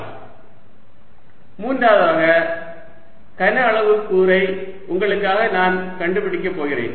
ds dydzx ds dxdzy ds dxdyz மூன்றாவதாக கன அளவு கூறை உங்களுக்காக நான் கண்டுபிடிக்கப் போகிறேன்